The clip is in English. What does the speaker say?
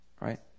Right